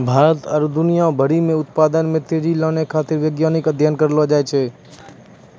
भारत आरु दुनिया भरि मे उत्पादन मे तेजी लानै खातीर वैज्ञानिक अध्ययन करलो जाय छै